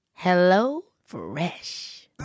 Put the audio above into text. HelloFresh